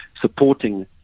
supporting